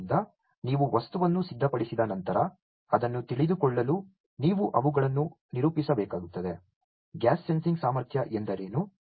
ಆದ್ದರಿಂದ ನೀವು ವಸ್ತುವನ್ನು ಸಿದ್ಧಪಡಿಸಿದ ನಂತರ ಅದನ್ನು ತಿಳಿದುಕೊಳ್ಳಲು ನೀವು ಅವುಗಳನ್ನು ನಿರೂಪಿಸಬೇಕಾಗುತ್ತದೆ ಗ್ಯಾಸ್ ಸೆನ್ಸಿಂಗ್ ಸಾಮರ್ಥ್ಯ ಎಂದರೇನು